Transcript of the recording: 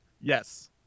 Yes